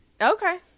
okay